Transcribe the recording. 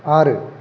ஆறு